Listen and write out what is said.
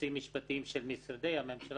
יועצים משפטיים של משרדי הממשלה,